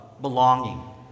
belonging